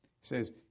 says